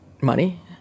money